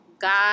God